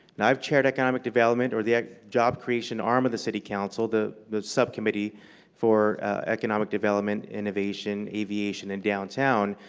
i've chaired economic development or the job creation arm of the city council, the the subcommittee for economic development, innovation, aviation, and downtown.